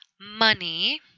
money